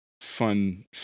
fun